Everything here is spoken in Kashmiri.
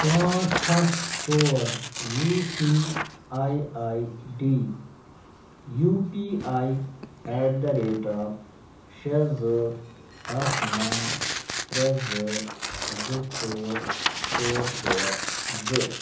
پانٛژھ ہَتھ سوز U C I I D U P I at the rate of شےٚ زٕ اکھ نَو ترٛےٚ زٕ زٕ ژور ژور شےٚ زٕ